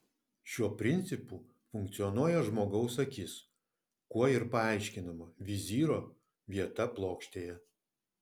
šiuo principu funkcionuoja žmogaus akis kuo ir paaiškinama vizyro vieta plokštėje